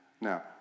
Now